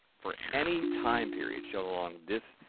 for any time period showed along this